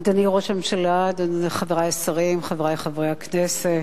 אדוני ראש הממשלה, חברי השרים, חברי חברי הכנסת,